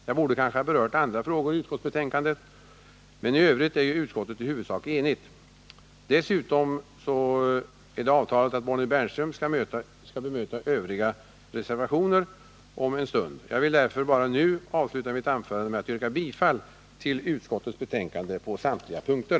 Jag borde kanske ha berört andra frågor i utskottsbetänkandet, men i övrigt är ju utskottet i huvudsak enigt. Dessutom är det avtalat att Bonnie Bernström skall bemöta övriga reservationer om en stund. Jag vill därför nu bara avsluta mitt anförande med att yrka bifall till utskottets betänkande på samtliga punkter.